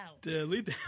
Delete